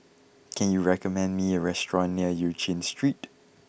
can you recommend me a restaurant near Eu Chin Street